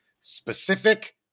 Specific